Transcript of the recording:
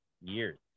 years